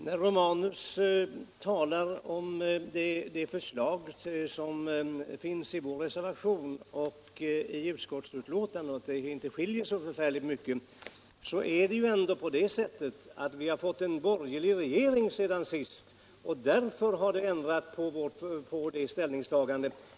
Herr talman! Herr Romanus säger att förslagen i vår reservation och i utskottsbetänkandet inte skiljer sig så särskilt mycket åt. Men det är ändå så, att vi har fått en borgerlig regering sedan sist, och det är detta som har ändrat vårt ställningstagande.